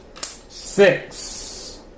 Six